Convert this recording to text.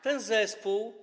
Ten zespół.